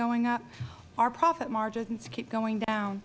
going up our profit margins keep going down